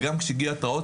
וגם ברגע שהגיעו התראות